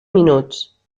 minuts